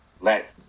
let